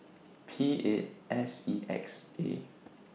P eight S E X A